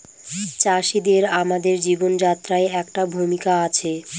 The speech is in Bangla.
চাষিদের আমাদের জীবনযাত্রায় একটা ভূমিকা আছে